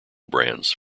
brands